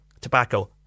tobacco